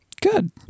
good